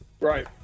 Right